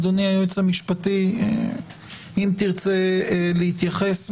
אדוני היועץ המשפטי, אם תרצה להתייחס.